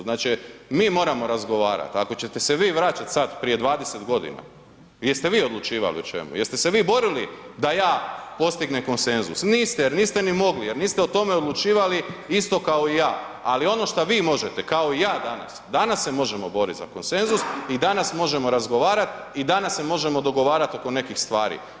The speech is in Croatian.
Znači, mi moramo razgovarati, ako ćete se vi vraćati sada prije 20 godina, jeste vi odlučivali o čemu, jeste se vi borili da ja postignem konsenzus, niste, jer niste ni mogli, jer niste o tome odlučivali isto kao i ja, ali ono što vi možete kao i ja danas, danas se možemo boriti za konsenzus i danas možemo razgovarati i danas se možemo dogovarati oko nekih stvari.